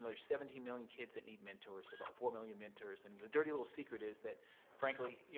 there's seventeen million kids that need mentors about four million mentors. and the dirty little secret is that frankly,